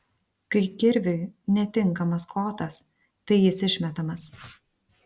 kai kirviui netinkamas kotas tai jis išmetamas